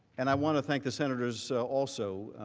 and i want to thank the senators also.